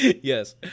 Yes